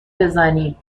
بزنیم